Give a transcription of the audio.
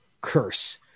curse